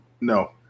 No